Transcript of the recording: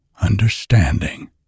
understanding